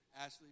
Ashley